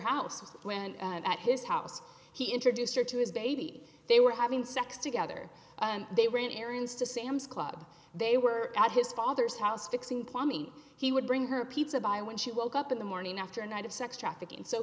house when at his house he introduced her to his baby they were having sex together and they ran errands to sam's club they were at his father's house fixing plumbing he would bring her pizza by when she woke up in the morning after a night of sex trafficking so